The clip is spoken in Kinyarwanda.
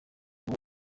waba